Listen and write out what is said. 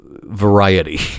Variety